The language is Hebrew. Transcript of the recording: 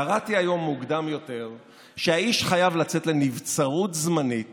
קראתי היום מוקדם יותר שהאיש חייב לצאת לנבצרות זמנית